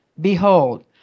Behold